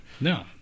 No